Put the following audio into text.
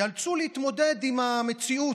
ייאלצו להתמודד עם המציאות,